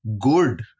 good